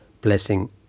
blessing